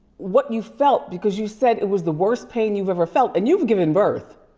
what you felt, because you said it was the worst pain you've ever felt. and you've given birth.